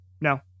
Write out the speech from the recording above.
no